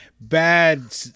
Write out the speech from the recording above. bad